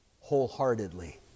wholeheartedly